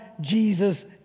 Jesus